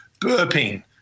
burping